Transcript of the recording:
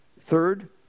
third